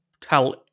tell